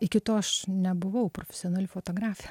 iki to aš nebuvau profesionali fotografė